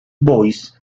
boys